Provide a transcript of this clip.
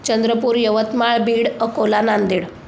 Chandrapur Yavatmal Beed Akola Nanded